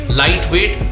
lightweight